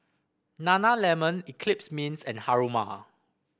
Nana lemon Eclipse Mints and Haruma